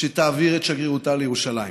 שתעביר את שגרירותה לירושלים.